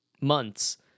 months